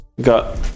got